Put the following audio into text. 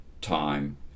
time